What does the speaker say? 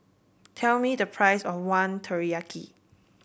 tell me the price of one Teriyaki